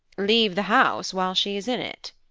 leave the house while she is in it.